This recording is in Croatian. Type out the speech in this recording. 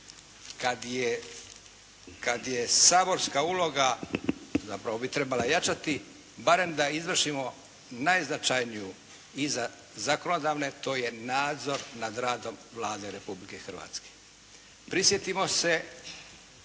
kad je saborska uloga zapravo bi trebala jačati barem da izvršimo najznačajniju i za zakonodavne to je nadzor nad radom Vlade Republike Hrvatske. Prisjetimo se